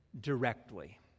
directly